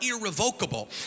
irrevocable